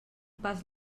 pas